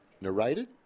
narrated